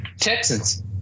Texans